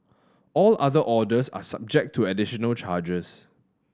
all other orders are subject to additional charges